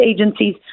agencies